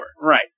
Right